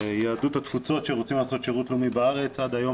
יהדות התפוצות שרוצים לעשות שירות לאומי בארץ עד היום